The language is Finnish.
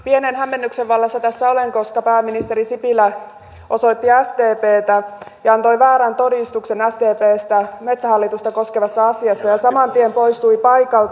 pienen hämmennyksen vallassa tässä olen koska pääministeri sipilä osoitti sdptä ja antoi väärän todistuksen sdpstä metsähallitusta koskevassa asiassa ja saman tien poistui paikalta